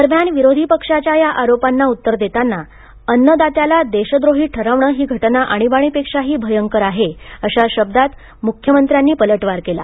दरम्यान विरोधी पक्षाच्या या आरोपांना उत्तर देताना अन्नदात्याला देशद्रोही ठरवणे ही घटना आणीबाणीपेक्षाही भयंकर आहे अशा शब्दात मुख्यमंत्र्यांनी पलटवार केला